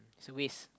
it's a waste